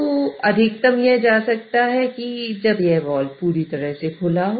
तो अधिकतम यह जा सकता है जब यह वाल्व पूरी तरह से खुला हो